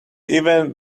even